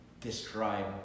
describe